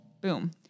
Boom